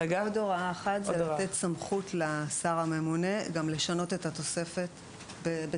אז רק עוד הוראה אחת זה לתת סמכות לשר הממונה לשנות את התוספת בצו.